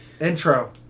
Intro